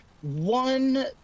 One